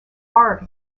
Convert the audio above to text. are